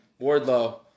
Wardlow